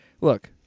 Look